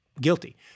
guilty